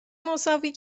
مساوی